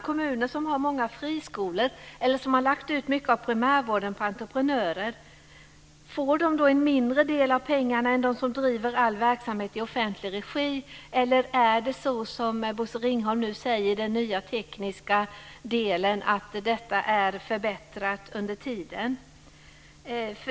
Kommuner som har många friskolor eller som har lagt ut mycket av primärvården på entreprenörer: Får de då en mindre del av pengarna än de som driver all verksamhet i offentlig regi, eller är det så som Bosse Ringholm nu säger om den nya tekniska delen, att detta är förbättrat under tiden?